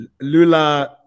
Lula